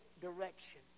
direction